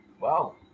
Wow